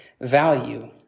value